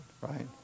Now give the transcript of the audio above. right